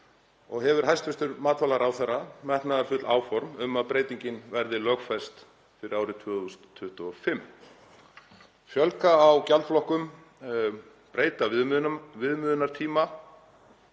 og hefur hæstv. matvælaráðherra metnaðarfull áform um að breytingin verði lögfest fyrir árið 2025. Fjölga á gjaldflokkum og breyta viðmiðunartíma.